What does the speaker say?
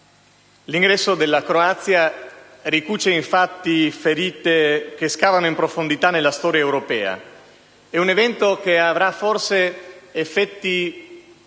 l'ingresso della Croazia ricuce infatti ferite che scavano in profondità nella storia europea. Si tratta di un evento che avrà forse effetti